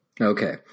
Okay